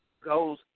goes